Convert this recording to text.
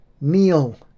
Kneel